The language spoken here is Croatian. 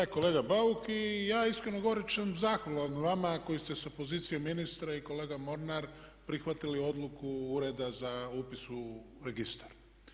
Da kolega Bauk, ja iskreno govoreći sam zahvalan vama koji ste s pozicije ministre i kolega Mornar prihvatili odluku Ureda za upis u registar.